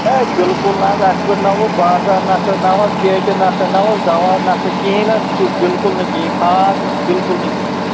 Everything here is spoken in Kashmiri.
ہے بِلکُل نہ حظ أسۍ بناوو بازرٕ اکھ اَنٕناوَس پیٹہِ نَکھٕ اکھ انٕناوس دوا نَکھٕ کِہیٖنٛۍ حظ بِلکُل نہٕ کِہیٖنٛۍ کھاد نہٕ بِلکُل نہٕ کِہیٖنٛۍ